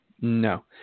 no